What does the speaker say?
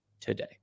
today